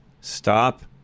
Stop